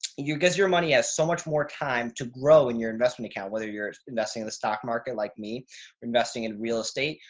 you guys, your money has so much more time to grow in your investment account. whether you're investing in the stock market like me or investing in real estate,